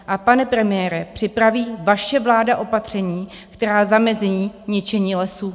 A pane premiére, připraví vaše vláda opatření, která zamezí ničení lesů?